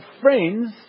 friends